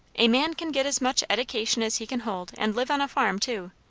a man can get as much edication as he can hold, and live on a farm too.